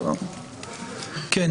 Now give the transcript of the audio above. עד